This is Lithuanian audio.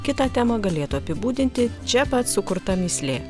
kitą temą galėtų apibūdinti čia pat sukurta mįslė